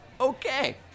Okay